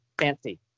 fancy